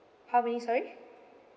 how many sorry